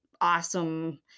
awesome